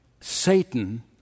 Satan